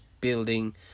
building